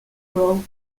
broke